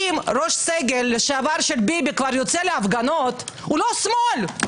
אם ראש סגל לשעבר של ביבי כבר יוצא להפגנות הוא לא שמאל.